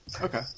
Okay